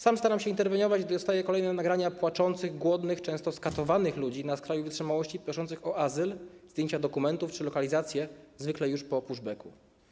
Sam staram się interweniować, gdy dostaję kolejne nagrania płaczących, głodnych, często skatowanych ludzi na skraju wytrzymałości, proszących o azyl, zdjęcia dokumentów czy lokalizacje zwykle już po pushbacku.